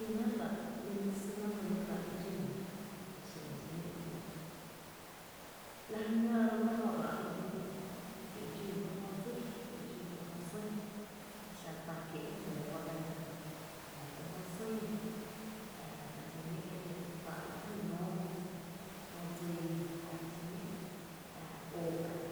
I náá’ rá’ i na nýy ráá’ i dxún ga e xen xiñó’ kieera, lajy áá ró’ tá jö ráá’ i dxún ujö kie’ dxun ba jö dsii, kie’ dxún ba jö sÿÿ ki xá t’a kiee’ e jmóo ba ga la jan, la kú jö sÿÿ ro’ ää kää xiñó’ e jia’ ku táá’ la jy nóo jö dsii jö ää xiñó’ äa óó ää